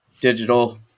digital